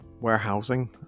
warehousing